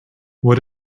what